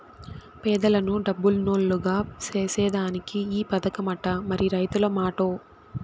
పేదలను డబ్బునోల్లుగ సేసేదానికే ఈ పదకమట, మరి రైతుల మాటో